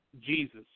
Jesus